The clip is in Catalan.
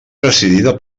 presidida